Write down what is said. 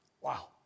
Wow